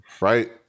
right